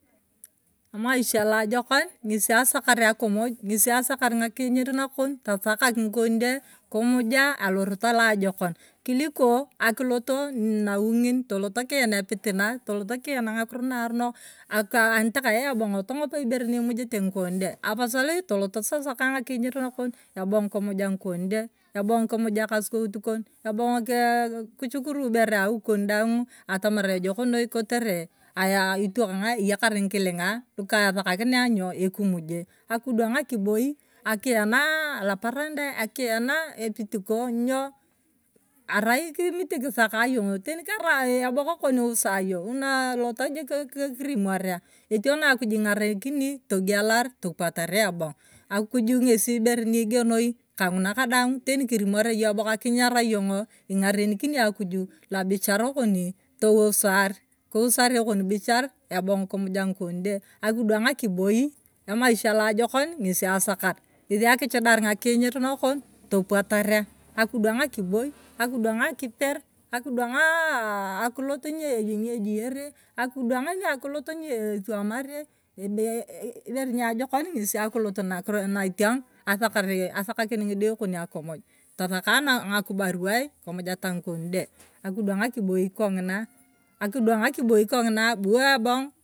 Emaisha laajokon ng'esi asakar akamuj. ng'esi asakak ng'akinyir nakon. tasakak ngikon de kimuja alorot alajokon kiliko akiloto nawui ng'in tolot kian epititina. tolot kian ng'okiro naaronok aka anitakai ebong tong'op ibere imujete ng'ikon de, ebong kimuj ekasukout kon. ebong kishukuru ibere awoi kon daang atamar ejok noi kotere aai itwokang'a eyakar ng'ikilingia lukasaka kiniang'a nyo ekumuje akidwang akiboi akianaa alaparandai c. akianaa epitiko nyio arai mit kisaka yong. teni karai eboka kon iwusai yong una tolot jik kirimoria etieno akuj king'arakini togiela tupuataria ebona. akuju ng'esi ibere ni igenoi ka ng'una kadaang teni kirimoria yong eboka kinyara yong'o ing'arenikini akuju lobichara koni tousar. kiusaan ekon bishar ebong kimuja ng'ikon de akidwang akiboi. emaisha laajokan ing'esi asakar. ng'esi akichidar ng'akiinyir nakon topwataria. akidwang akilot ni eswamare ebe ee ibere niajokon ng'esi akilot natiang asakar askakin ng'ide kon akamuj. tasaka ng'akibaruwai kimujeta ng'ikon de akidwang akibopi kong'ina. akidwang akiboi kong'ina bu ebong.